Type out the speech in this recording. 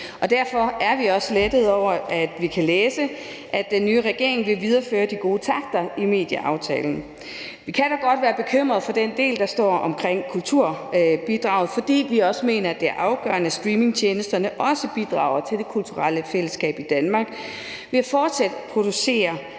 Derfor er vi også lettede over at læse, at den nye regering vil videreføre de gode takter i medieaftalen. Vi kan da godt være bekymret for den del, der handler om kulturbidrag, fordi vi mener, det er afgørende, at streamingtjenesterne også bidrager til det kulturelle fællesskab i Danmark ved fortsat at producere